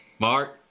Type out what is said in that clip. Mark